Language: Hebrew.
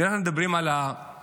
ואם אנחנו מדברים על ההריסות,